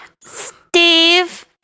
Steve